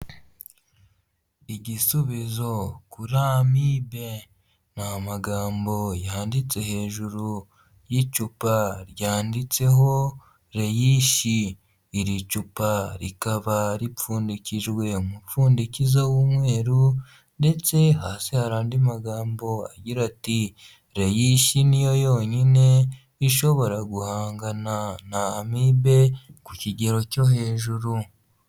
Igisubizo kuri Amibe ni magambo yanditse hejuru y'icupa ryanditseho reishi, iri cupa rikaba ripfundikijwe umupfundikizo w'umweru ndetse hasi hari andi magambo agira ati reishi niyo yonyine ishobora guhangana na Amibe ku kigero cyo hejuru.